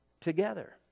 together